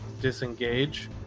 disengage